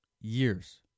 Years